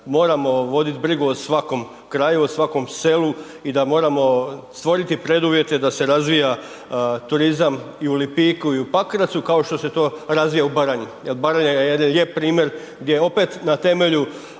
moramo vodit brigu o svakom kraju, o svakom selu i da moramo stvoriti preduvjete da se razvija turizam i u Lipiku i u Pakracu, kao što se to razvija u Baranji jer Baranja je jedan lijep primjer gdje opet na temelju